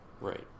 Right